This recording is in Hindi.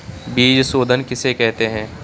बीज शोधन किसे कहते हैं?